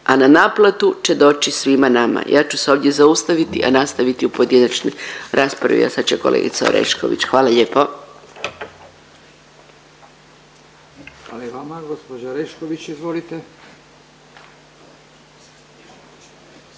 a na naplatu će doći svima nama. Ja ću se ovdje zaustaviti, a nastaviti u pojedinačnoj raspravi, a sad će kolegica Orešković. Hvala lijepo. **Radin, Furio (Nezavisni)**